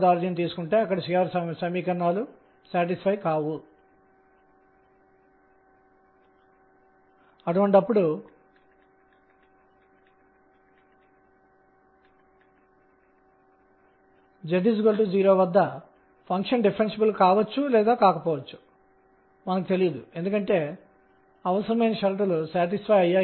రెండవది angular momentum కోణీయ ద్రవ్యవేగం యొక్క పరిమాణం